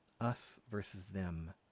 us-versus-them